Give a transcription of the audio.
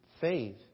faith